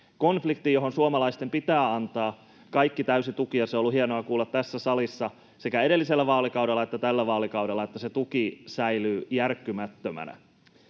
konflikti, johon suomalaisten pitää antaa kaikki täysi tuki, ja on ollut hienoa kuulla tässä salissa sekä edellisellä vaalikaudella että tällä vaalikaudella, että se tuki säilyy järkkymättömänä.